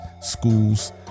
schools